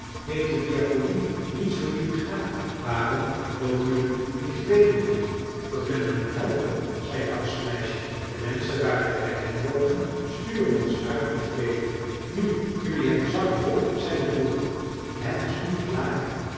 heeft de diaconie niets voor jelui gedaan waarom loop jelui nu te bedelen dat kunnen wij niet helpen zei het oudste meisje de menschen waar wij bij inwonen sturen ons uit om te bedelen nu jelui hebt de zakken vol zei de boer je hebt dus niet te klagen